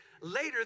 later